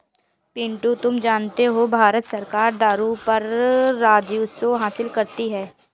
पिंटू तुम जानते हो भारत सरकार दारू पर राजस्व हासिल करती है